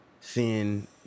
seeing